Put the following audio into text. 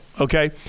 okay